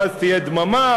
ואז תהיה דממה,